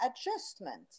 adjustment